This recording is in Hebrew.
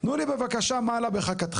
תנו לי בבקשה מה עלה בחכתכם?